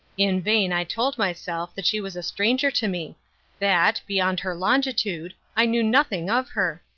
in vain i told myself that she was a stranger to me that beyond her longitude i knew nothing of her.